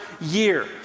year